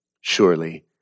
Surely